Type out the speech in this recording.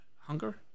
hunger